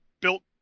built